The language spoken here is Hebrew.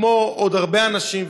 כמו עוד הרבה אנשים,